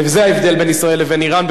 זה ההבדל בין ישראל לבין אירן.